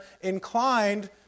inclined